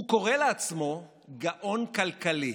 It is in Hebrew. הוא קורא לעצמו גאון כלכלי.